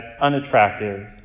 unattractive